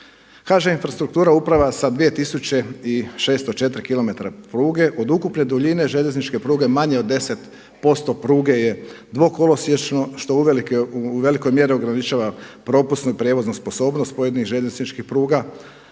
HŽ Infrastruktura upravlja sa 2604 km pruge. Od ukupne duljine željezničke pruge manje od 10% pruge je dvokolosječno što u velikoj mjeri ograničava propusnu i prijevoznu sposobnost pojedinih željezničkih pruga.